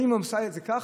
האם היא עושה את זה ככה,